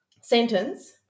sentence